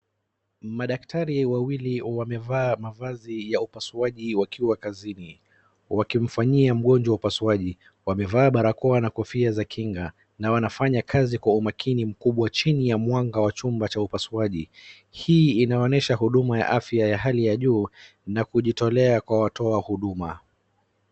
Madaktari wawili wamevaa mavazi ya upasuaji wakiwa kazini, wakimfanyia mgonjwa upasuaji. Wamevaa barakoa na kofia za kinga na wanafanya kazi kwa umakini mkubwa chini ya mwanga wa chumba cha upasuaji. Hii inaonyesha huduma ya afya ya hali ya juu na kujitolea kwa watoa huduma.